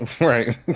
Right